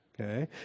okay